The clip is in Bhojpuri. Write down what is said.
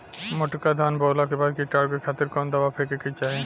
मोटका धान बोवला के बाद कीटाणु के खातिर कवन दावा फेके के चाही?